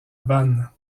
vanne